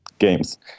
games